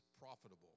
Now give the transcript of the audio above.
profitable